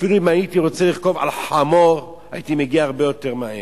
אפילו אם הייתי רוצה לרכוב על חמור הייתי מגיע הרבה יותר מהר.